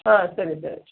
ಹಾಂ ಸರಿ ಸರಿ